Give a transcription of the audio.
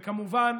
וכמובן,